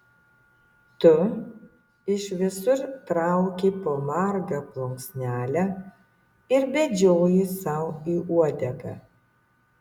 tu iš visur trauki po margą plunksnelę ir bedžioji sau į uodegą